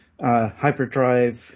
hyperdrive